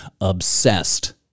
obsessed